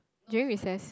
during recess